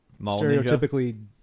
stereotypically